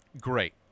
great